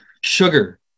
Sugar